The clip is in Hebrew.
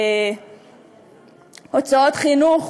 הוצאות חינוך,